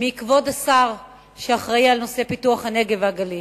מכבוד השר שאחראי על נושא פיתוח הנגב והגליל,